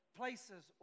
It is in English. places